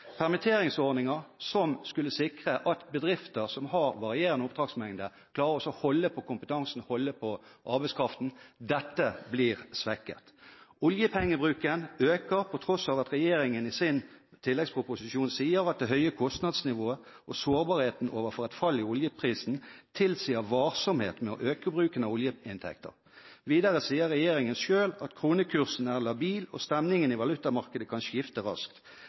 permitteringsordninger som skulle sikre at bedrifter, som har varierende oppdragsmengde, skulle klare å holde på kompetansen, holde på arbeidskraften. Dette blir svekket. Oljepengebruken øker på tross av at regjeringen i sin tilleggsproposisjon sier at det høye kostnadsnivået og sårbarheten overfor et fall i oljeprisen tilsier varsomhet med å øke bruken av oljeinntekter. Videre sier regjeringen selv at kronekursen er labil og stemningen i valutamarkedet kan skifte raskt.